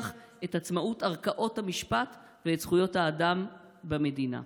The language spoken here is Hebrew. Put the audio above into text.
את עצמאות ערכאות המשפט ואת זכויות האדם במדינה?